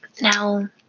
Now